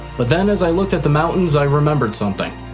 but then as i looked at the mountains, i remembered something.